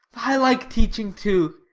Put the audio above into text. i like teaching, too,